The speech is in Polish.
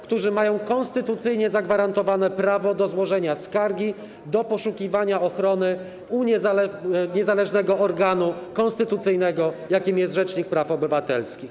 którzy mają konstytucyjnie zagwarantowane prawo do złożenia skargi, do poszukiwania ochrony u niezależnego organu konstytucyjnego, jakim jest rzecznik praw obywatelskich.